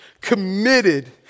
committed